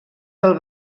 del